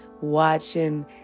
watching